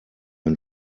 ein